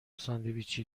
ساندویچی